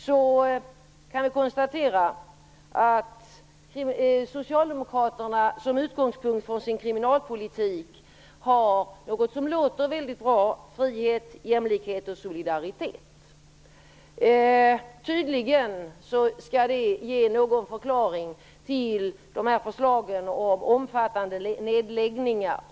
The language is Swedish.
Socialdemokraterna har som utgångspunkt för sin kriminalpolitik något som låter väldigt bra: frihet, jämlikhet och solidaritet. Tydligen skall det ge en förklaring till förslagen om de omfattande nedläggningarna.